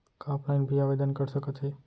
का ऑफलाइन भी आवदेन कर सकत हे?